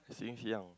since young